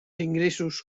ingressos